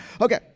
Okay